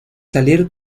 salir